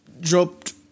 dropped